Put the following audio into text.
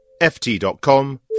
ft.com